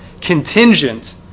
contingent